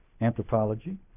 anthropology